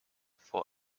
for